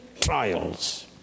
trials